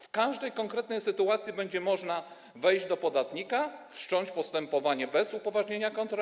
W każdej konkretnej sytuacji będzie można wejść do podatnika, wszcząć postępowanie bez upoważnienia do kontroli.